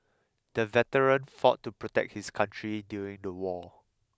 the veteran fought to protect his country during the war